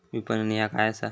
विपणन ह्या काय असा?